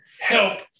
help